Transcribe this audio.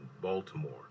Baltimore